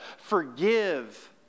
forgive